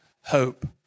hope